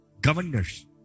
Governors